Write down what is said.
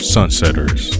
Sunsetters